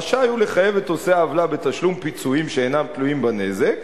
רשאי הוא לחייב את עושה העוולה בתשלום פיצויים שאינם תלויים בנזק.